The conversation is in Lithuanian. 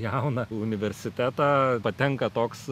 jauną universitetą patenka toks